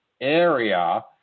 area